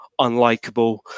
unlikable